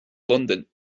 londain